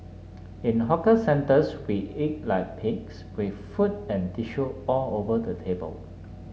in hawker centres we eat like pigs with food and tissue all over the table